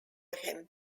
him